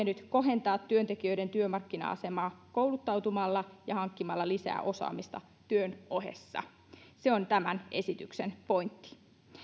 nyt kohentaa työmarkkina asemaansa kouluttautumalla ja hankkimalla lisää osaamista työn ohessa se on tämän esityksen pointti